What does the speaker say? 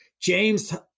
James